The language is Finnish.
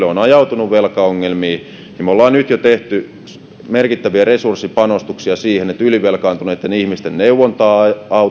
on ajautunut velkaongelmiin niin me olemme nyt jo tehneet merkittäviä resurssipanostuksia siihen että ylivelkaantuneitten ihmisten neuvontaa lisätään